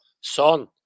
Son